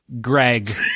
Greg